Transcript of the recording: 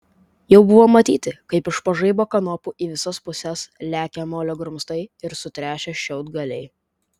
jau buvo matyti kaip iš po žaibo kanopų į visas puses lekia molio grumstai ir sutrešę šiaudgaliai